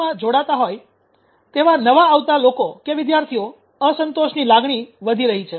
માં જોડાતા હોય તેવા નવા આવતા લોકો વિદ્યાર્થીઓમાં અસંતોષની લાગણી વધી રહી છે